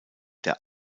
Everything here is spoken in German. der